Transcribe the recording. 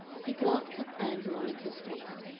he glanced at ann veronica's face,